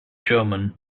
german